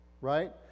right